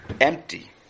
empty